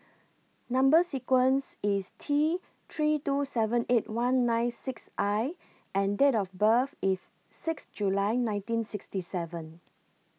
Number sequence IS T three two seven eight one nine six I and Date of birth IS six July nineteen sixty seven